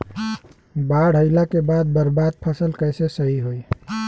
बाढ़ आइला के बाद बर्बाद फसल कैसे सही होयी?